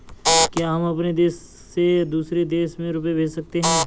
क्या हम अपने देश से दूसरे देश में रुपये भेज सकते हैं?